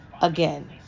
again